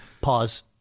Pause